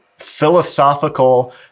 philosophical